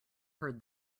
heard